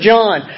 John